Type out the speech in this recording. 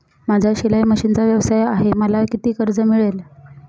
माझा शिलाई मशिनचा व्यवसाय आहे मला किती कर्ज मिळेल?